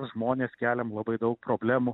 žmonės keliam labai daug problemų